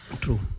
True